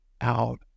out